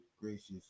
gracious